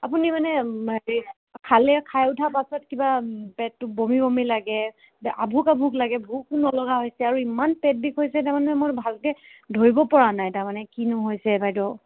আপুনি মানে হেৰি খালে খাই উঠাৰ পাছত কিবা পেটটো বমি বমি লাগে আভোক আভোক লাগে ভোকো নলগা হৈছে আৰু ইমান পেট বিষ হৈছে তাৰমানে মোৰ ভালকৈ ধৰিব পৰা নাই তাৰমানে কিনো হৈছে বাইদেউ